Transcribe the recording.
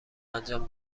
انجام